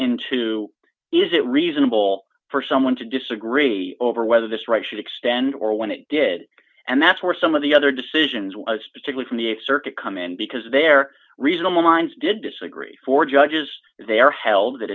into is it reasonable for someone to disagree over whether this right should extend or when it did and that's were some of the other decisions was basically from the th circuit come in because they're reasonable minds did disagree for judges there held that